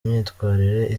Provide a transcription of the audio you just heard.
imyitwarire